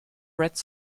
red